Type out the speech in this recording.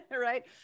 right